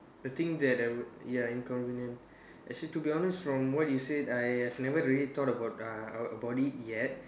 the thing that the ya inconvenient actually to be honest from what you said I have never really thought about uh about it yet